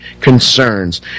concerns